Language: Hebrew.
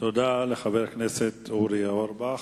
תודה לחבר הכנסת אורי אורבך.